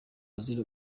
azira